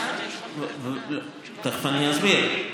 תכף אני אסביר.